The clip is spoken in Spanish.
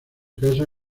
casa